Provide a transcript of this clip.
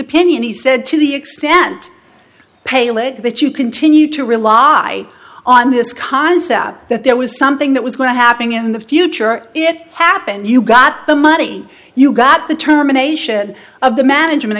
opinion he said to the extent pale it that you continue to rely on this concept that there was something that was going to happening in the future it happened you got the money you got the terminations of the management